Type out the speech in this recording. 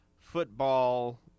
football